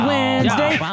Wednesday